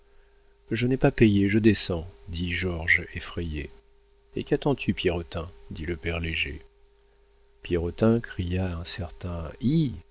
je n'ai pas payé je descends dit georges effrayé et qu'attends-tu pierrotin dit le père léger pierrotin cria un certain